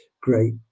great